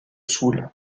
sul